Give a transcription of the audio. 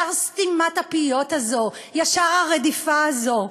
ישר סתימת הפיות הזאת, ישר הרדיפה הזאת.